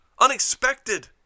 Unexpected